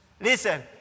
Listen